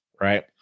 right